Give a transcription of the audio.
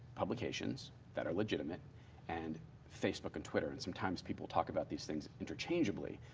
publications that are legitimate and facebook and twitter. and sometimes people talk about these things interchangeably.